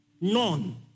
None